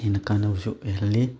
ꯍꯦꯟꯅ ꯀꯥꯟꯅꯕꯁꯨ ꯑꯣꯏꯍꯜꯂꯤ